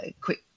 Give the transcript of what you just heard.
quick